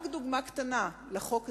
דוגמה קטנה לחוק הזה,